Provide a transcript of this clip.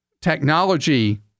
technology